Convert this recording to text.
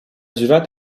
jurat